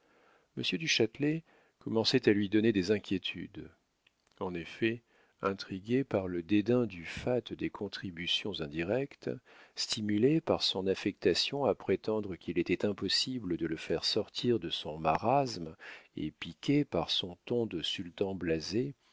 du châtelet commençait à lui donner des inquiétudes en effet intriguées par le dédain du fat des contributions indirectes stimulées par son affectation à prétendre qu'il était impossible de le faire sortir de son marasme et piquées par son ton de sultan blasé